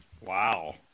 Wow